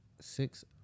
Six